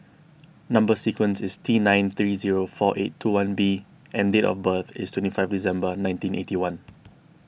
Number Sequence is T nine three zero four eight two one B and date of birth is twenty five December nineteen eighty one